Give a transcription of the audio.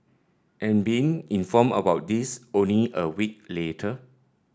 and being informed about this only a week later